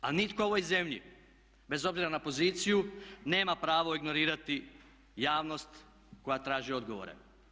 A nitko u ovoj zemlji bez obzira na poziciju nema pravo ignorirati javnost koja traži odgovore.